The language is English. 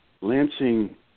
Lansing